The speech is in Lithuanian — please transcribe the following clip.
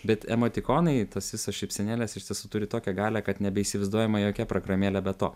bet emotikonai tos visos šypsenėlės iš tiesų turi tokią galią kad nebeįsivaizduojama jokia programėlė be to